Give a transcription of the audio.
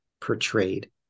portrayed